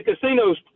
casinos